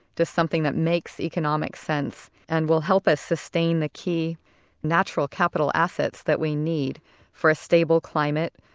just something that makes economic sense and will help us sustain the key natural capital assets that we need for a stable climate,